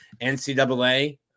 NCAA